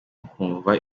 ukumva